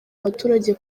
abaturage